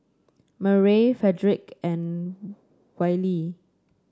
Murray Frederick and Wylie